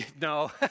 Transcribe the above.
no